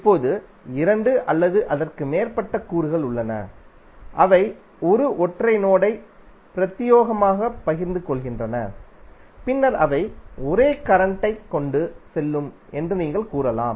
இப்போது இரண்டு அல்லது அதற்கு மேற்பட்ட கூறுகள் உள்ளன அவை ஒரு ஒற்றை நோடைப் பிரத்தியேகமாகப் பகிர்ந்து கொள்கின்றன பின்னர் அவை அவை ஒரே கரண்ட்டைக் கொண்டு செல்லும் என்று நீங்கள் கூறலாம்